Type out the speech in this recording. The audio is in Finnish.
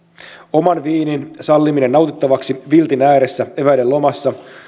oman viinin salliminen nautittavaksi viltin ääressä eväiden lomassa